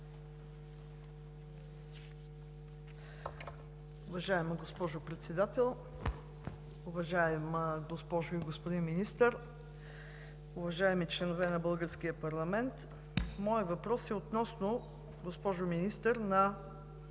Уважаема госпожо Председател, уважаема госпожо и господин Министър, уважаеми членове на българския парламент! Моят въпрос е относно, госпожо Министър на